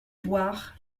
voir